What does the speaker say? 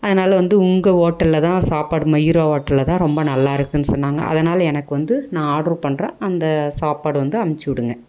அதனால் வந்து உங்கள் ஹோட்டலில் தான் சாப்பாடு மயூரா ஹோட்டலில் தான் ரொம்ப நல்லா இருக்குனு சொன்னாங்க அதனால் எனக்கு வந்து நான் ஆர்டர் பண்ணுறேன் அந்த சாப்பாடு வந்து அனுப்ச்சுவிடுங்க